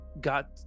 got